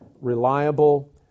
reliable